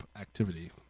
activity